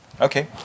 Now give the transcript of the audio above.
Okay